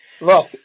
Look